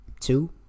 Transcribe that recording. Two